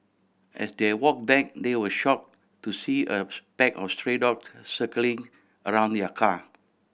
as they walk back they were shock to see a pack of stray dogs circling around the car